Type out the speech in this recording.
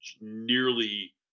nearly